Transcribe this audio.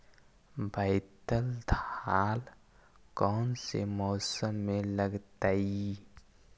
बैतल दाल कौन से मौसम में लगतैई?